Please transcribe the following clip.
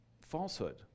falsehood